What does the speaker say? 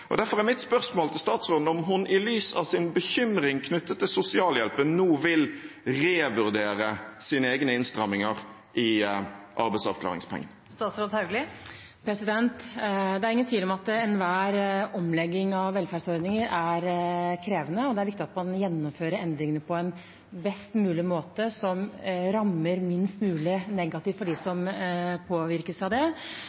Derfor er mitt spørsmål til statsråden om hun i lys av sin bekymring knyttet til sosialhjelpen nå vil revurdere sine egne innstramminger i arbeidsavklaringspengene. Det er ingen tvil om at enhver omlegging av velferdsordninger er krevende, og det er viktig at man gjennomfører endringene på en best mulig måte som rammer minst mulig negativt for dem som